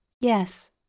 Yes